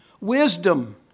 wisdom